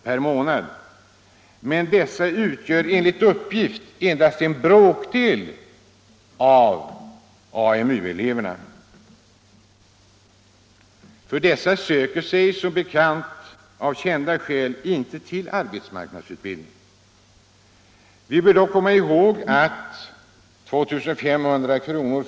per månad, men dessa utgör enligt uppgift endast en bråkdel av AMU-eleverna. De söker sig av kända skäl inte till arbetsmarknadsutbildning. Vi bör dock komma ihåg att 2 500 kr.